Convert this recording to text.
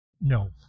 No